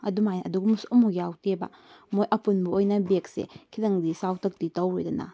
ꯑꯗꯨꯝ ꯍꯥꯏꯅ ꯑꯗꯨꯒꯨꯝꯕꯁꯨ ꯑꯃ ꯐꯥꯎ ꯌꯥꯎꯔꯛꯇꯦꯕ ꯃꯣꯏ ꯑꯄꯨꯟꯕ ꯑꯣꯏꯅ ꯕꯦꯒꯁꯦ ꯈꯤꯇꯪꯗꯤ ꯆꯥꯎꯇꯛꯇꯤ ꯇꯧꯔꯦꯗꯅ